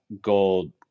gold